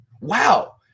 Wow